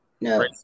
No